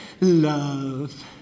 Love